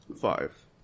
Five